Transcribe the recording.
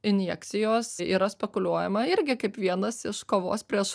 injekcijos yra spekuliuojama irgi kaip vienas iš kovos prieš